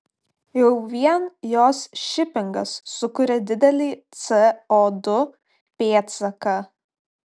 jau vien jos šipingas sukuria didelį co du pėdsaką